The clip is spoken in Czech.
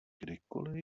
kdykoliv